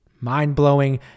mind-blowing